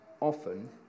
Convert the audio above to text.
often